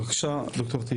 בבקשה, ד"ר טיבי.